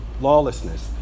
lawlessness